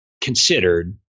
considered